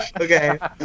Okay